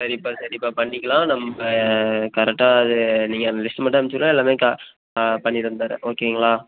சரிப்பா சரிப்பா பண்ணிக்கலாம் நம்ப கரெக்டாக அது நீங்கள் அந்த லிஸ்ட்டு மட்டும் அனுப்பிச்சு விடுங்க எல்லாமே க பண்ணி தந்தடறேன் ஓகேங்களா